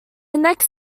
next